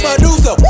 Medusa